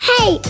Hey